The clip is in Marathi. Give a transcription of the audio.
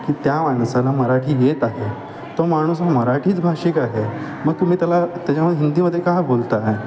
की त्या माणसाला मराठी येत आहे तो माणूस हा मराठीच भाषिक आहे मग तुम्ही त्याला त्याच्यामध्ये हिंदीमध्ये का बोलत आहे